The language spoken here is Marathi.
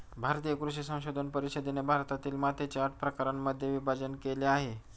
भारतीय कृषी संशोधन परिषदेने भारतातील मातीचे आठ प्रकारांमध्ये विभाजण केले आहे